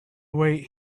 wait